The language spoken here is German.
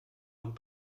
und